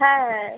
হ্যাঁ